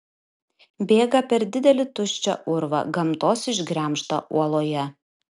bėga per didelį tuščią urvą gamtos išgremžtą uoloje